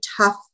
tough